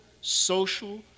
social